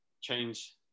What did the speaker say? change